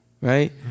right